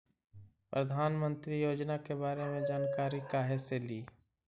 प्रधानमंत्री योजना के बारे मे जानकारी काहे से ली?